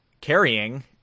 carrying